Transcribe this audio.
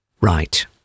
Right